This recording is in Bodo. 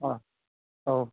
अह औ